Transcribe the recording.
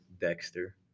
Dexter